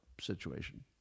situation